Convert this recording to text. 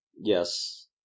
Yes